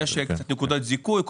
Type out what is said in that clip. משק נקודות זיכוי,